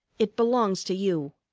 it belongs to you.